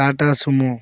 Tata sumo